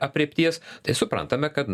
aprėpties tai suprantame kad na